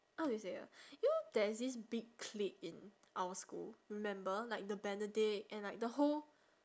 how do you say ah you know there's this big clique in our school remember like the benedict and like the whole